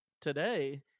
today